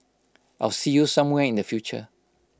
I'll see you somewhere in the future